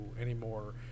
anymore